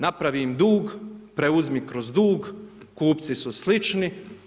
Napravim dug, preuzmi kroz dug, kupci su slični.